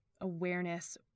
awareness